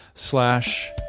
Slash